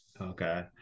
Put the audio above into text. Okay